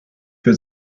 für